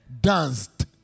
danced